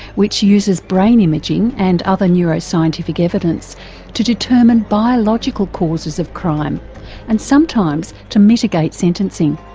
which uses brain imaging and other neuroscientific evidence to determine biological causes of crime and sometimes to mitigate sentencing.